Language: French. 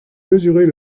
mesurer